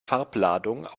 farbladung